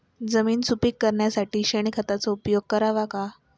जमीन सुपीक करण्यासाठी शेणखताचा उपयोग करावा का?